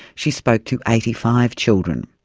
she spoke to eighty five children.